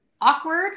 awkward